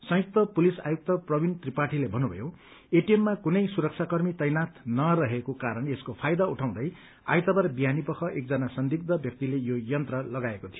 संयुक्त पुलिस आयुक्त प्रविण त्रिपाठीले भन्नुभयो एटीएममा कुनै सुरक्षाकर्मी तैनाथ नरहेको कारण यसको फ्रायदा उठाउँदै आइतबार विहानीपख एकजना संदिग्थ व्यक्तिले यो यन्त्र लगाएको थियो